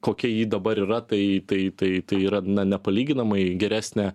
kokia ji dabar yra tai tai tai tai yra na nepalyginamai geresnė